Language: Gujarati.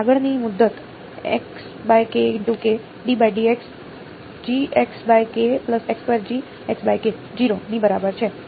આગળની મુદત 0 ની બરાબર છે